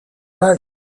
right